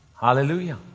Hallelujah